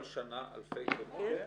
כל שנה אלפי תרומות?